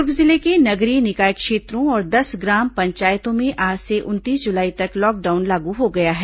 दुर्ग जिले के नगरीय निकाय क्षेत्रों और दस ग्राम पंचायतों में आज से उनतीस जुलाई तक लॉकडाउन लागू हो गया है